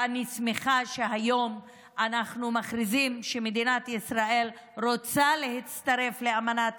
ואני שמחה שהיום אנחנו מכריזים על כך שמדינת ישראל רוצה להצטרף לאמנת